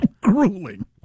Grueling